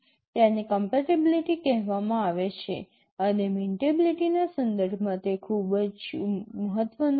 તેને કમ્પેટીબીલીટી કહેવામાં આવે છે અને મેન્ટેનાબીલીટીના સંદર્ભમાં તે ખૂબ જ મહત્વનું છે